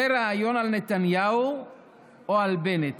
זה ריאיון על נתניהו או על בנט?